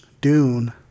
Dune